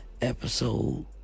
episode